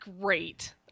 Great